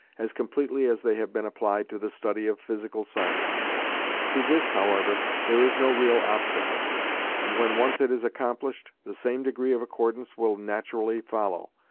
as completely as they have been applied to the study of physical science to this, however, there is no real obstacle and when once it is accomplished, the same degree of accordance will naturally follow.